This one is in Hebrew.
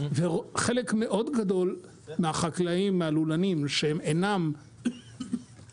חלק מאוד גדול מהלולנים שהם אינם קיבוצים